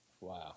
wow